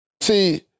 See